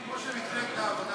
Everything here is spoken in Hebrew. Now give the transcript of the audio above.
כמו שמפלגת העבודה ידעה לעשות.